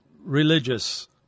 religious